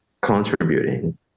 contributing